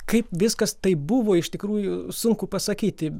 kaip viskas taip buvo iš tikrųjų sunku pasakyti